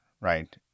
right